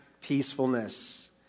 peacefulness